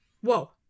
whoa